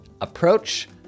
approach